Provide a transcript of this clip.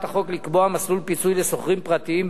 החוק לקבוע מסלול פיצוי לשוכרים פרטיים,